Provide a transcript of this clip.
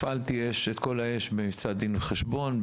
הפעלתי את כל האש במבצע דין וחשבון,